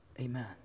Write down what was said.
Amen